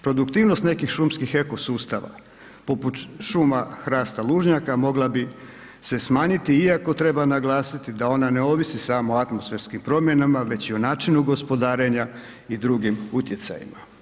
Produktivnost nekih šumskih eko sustava poput šuma hrasta lužnjaka mogla bi se smanjiti, iako treba naglasiti da ona ne ovisi samo o atmosferskim promjenama već i o načinu gospodarenja i drugim utjecajima.